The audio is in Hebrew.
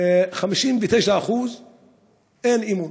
ל-59% אין אמון.